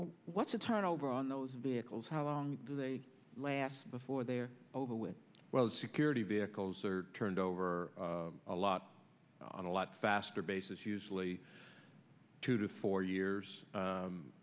what's the turnover on those vehicles how long do they last before they are over with well security vehicles are turned over a lot on a lot faster basis usually two to four years